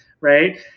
Right